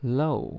，low